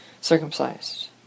circumcised